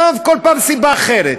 עזוב, כל פעם סיבה אחרת.